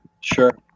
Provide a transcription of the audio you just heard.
Sure